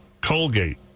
Colgate